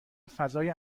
فضای